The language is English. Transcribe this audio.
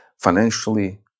financially